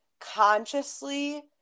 consciously